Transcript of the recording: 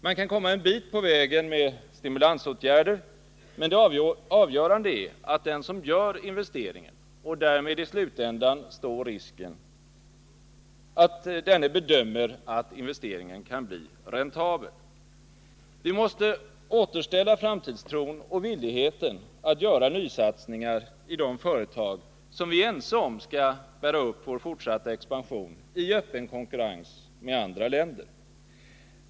Man kan komma en bit på vägen med stimulansåtgärder, men det avgörande är att den som gör investeringen och därmed i slutändan står risken bedömer att den kan bli räntabel. Vi måste återställa framtidstron och villigheten att göra nysatsningar i de företag som vi är ense om skall bära upp vår fortsatta expansion i öppen konkurrens med andra länder.